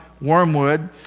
Wormwood